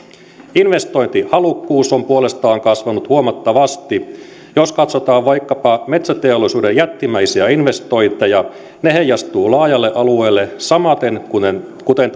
investointihalukkuus on puolestaan kasvanut huomattavasti jos katsotaan vaikkapa metsäteollisuuden jättimäisiä investointeja ne heijastuvat laajalle alueelle samaten kuten kuten